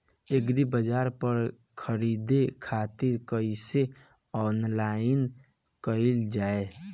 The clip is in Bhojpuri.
एग्रीबाजार पर खरीदे खातिर कइसे ऑनलाइन कइल जाए?